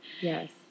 Yes